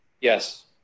Yes